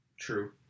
True